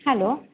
hello